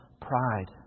pride